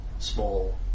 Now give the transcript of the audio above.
small